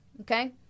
okay